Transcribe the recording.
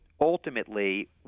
ultimately